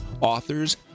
authors